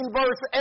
verse